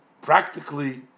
practically